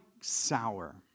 sour